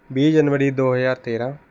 ਵੀਹ ਜਨਵਰੀ ਦੋ ਹਜ਼ਾਰ ਤੇਰ੍ਹਾਂ